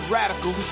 radical